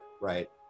right